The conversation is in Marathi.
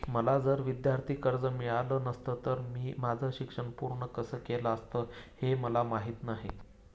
मला जर विद्यार्थी कर्ज मिळालं नसतं तर मी माझं शिक्षण पूर्ण कसं केलं असतं, हे मला माहीत नाही